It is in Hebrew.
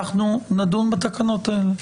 אנחנו נדון בתקנות האלה.